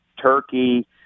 turkey